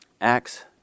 Acts